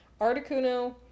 Articuno